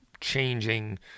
changing